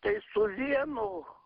tai su vienu